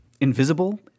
invisible